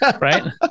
right